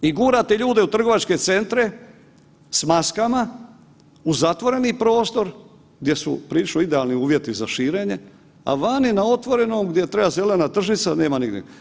I gurate ljude u trgovačke centre s maskama u zatvoreni prostor gdje su prilično idealni uvjeti za širenje, a otvorenom gdje treba zelena tržnica nema nigdje.